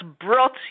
brought